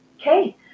Okay